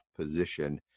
position